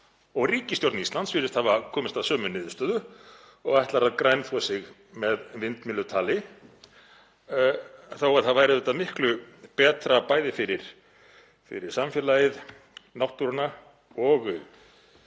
Og ríkisstjórn Íslands virðist hafa komist að sömu niðurstöðu og ætlar að grænþvo sig með vindmyllutali þó að það væri auðvitað miklu betra, bæði fyrir samfélagið, náttúruna og